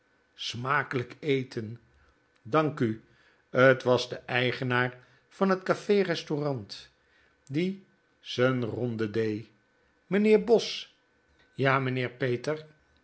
smakelijk eten dank u t was de eigenaar van het café restaurant die z'n ronde dee meneer bosch ja meneer peter